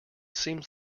seems